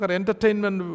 entertainment